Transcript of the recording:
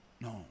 No